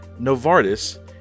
Novartis